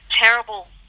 terrible